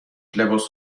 لباس